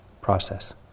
process